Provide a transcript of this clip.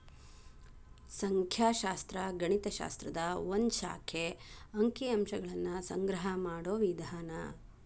ಸಂಖ್ಯಾಶಾಸ್ತ್ರ ಗಣಿತ ಶಾಸ್ತ್ರದ ಒಂದ್ ಶಾಖೆ ಅಂಕಿ ಅಂಶಗಳನ್ನ ಸಂಗ್ರಹ ಮಾಡೋ ವಿಧಾನ